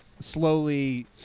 slowly